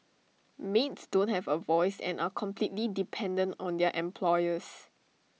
maids don't have A voice and are completely dependent on their employers